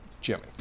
Jimmy